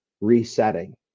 resetting